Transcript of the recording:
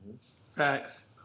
Facts